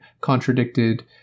contradicted